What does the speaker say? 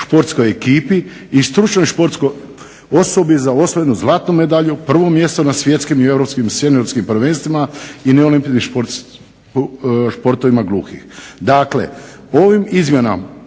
športskoj ekipi i stručnoj športskoj osobi za osvojenu zlatnu medalju, prvo mjesto na svjetskim i europskim seniorskim prvenstvima i …/Ne razumije se./… športovima gluhih.